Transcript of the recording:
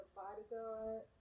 bodyguard